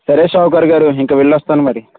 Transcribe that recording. సరే షావుకార్ గారు ఇంక వెళ్ళోస్తాను మరి